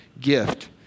gift